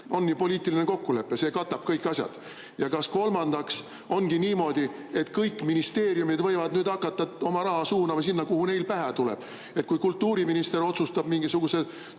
On ju poliitiline kokkulepe, see katab kõik asjad. Ja kas ongi niimoodi, et kõik ministeeriumid võivad nüüd hakata oma raha suunama sinna, kuhu neil pähe tuleb? Kui kultuuriminister otsustab mingisuguse